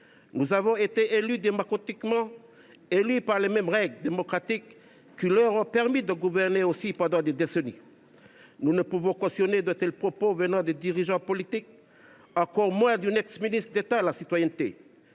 Nous avons été élus démocratiquement, élus selon les mêmes règles démocratiques que celles qui leur ont permis de gouverner pendant des décennies. Nous ne pouvons cautionner de tels propos venant de dirigeants politiques, encore moins d’une ex ministre d’État à la citoyenneté.